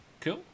Cool